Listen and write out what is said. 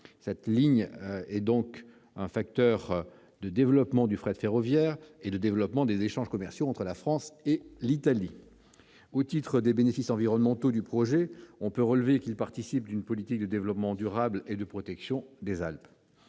Cette ligne est donc un facteur de développement du fret ferroviaire comme des échanges commerciaux entre la France et l'Italie. Au titre des bénéfices environnementaux du projet, on peut relever qu'il participe d'une politique de développement durable et de protection des Alpes.